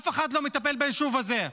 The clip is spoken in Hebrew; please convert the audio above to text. אף אחד לא מטפל ביישוב הזה.